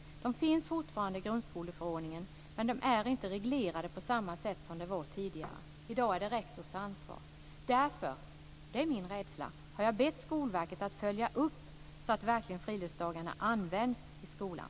De finns fortfarande i grundskoleförordningen, men de är inte reglerade på samma sätt som de var tidigare. I dag är detta rektors ansvar. Därför - för det är min rädsla - har jag bett Skolverket att följa upp att friluftsdagarna verkligen används i skolan.